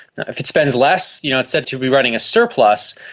if it spends less you know it's said to be running a surplus.